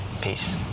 Peace